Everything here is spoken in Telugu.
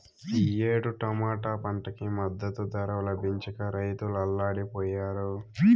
ఈ ఏడు టమాటా పంటకి మద్దతు ధర లభించక రైతులు అల్లాడిపొయ్యారు